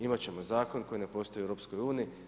Imat ćemo zakon koji ne postoji u EU.